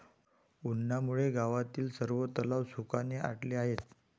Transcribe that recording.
उन्हामुळे गावातील सर्व तलाव सुखाने आटले आहेत